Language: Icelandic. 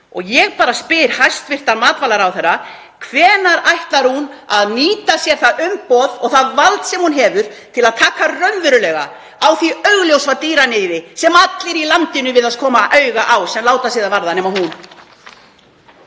Ég bara spyr hæstv. matvælaráðherra: Hvenær ætlar hún að nýta sér það umboð og það vald sem hún hefur til að taka raunverulega á því augljósa dýraníði sem allir í landinu virðast koma auga á sem láta sig það varða nema hún?